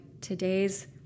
today's